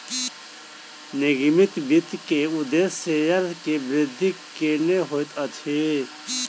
निगमित वित्त के उदेश्य शेयर के वृद्धि केनै होइत अछि